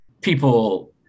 people